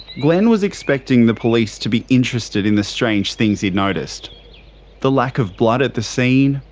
glenn was expecting the police to be interested in the strange things he'd noticed the lack of blood at the scene,